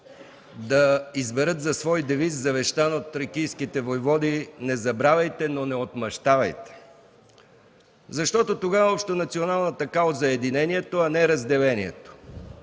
да изберат за свой девиз, завещан от тракийските войводи: „Не забравяйте, но не отмъщавайте”, защото тогава общонационалната кауза е единението, а не разделението;